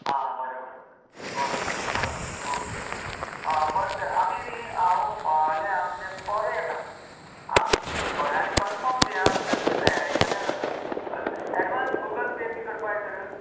आं बरें बरें बरें बरें बरें ओके आं बरें तर आमी हांव फाल्यां म्हणजें पोरां येतां आं बरें आनी कन्फर्म थेंय आं म्हणजे तुमी तयारी केल्यार जाता हय एडवान्य गूगल पे बी करपाक जाय तर